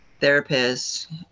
therapist